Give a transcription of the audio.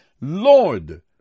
Lord